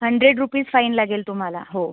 hundred rupees fine लागेल तुम्हाला हो